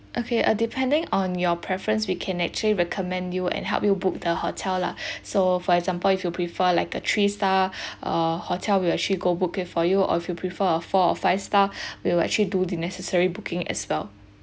okay uh depending on your preference we can actually recommend you and help you book the hotel lah so for example if you prefer like the three star uh hotel we'll actually go book it for you or if you prefer a four or five star we'll actually do the necessary booking as well